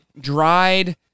dried